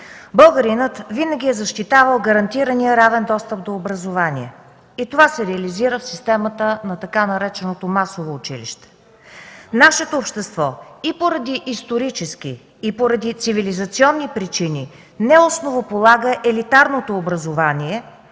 Българинът винаги е защитавал гарантирания равен достъп до образование и това се реализира в системата на така нареченото „масово училище”. Нашето общество и поради исторически, и поради цивилизационни причини не основополага елитарното образование,